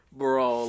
bro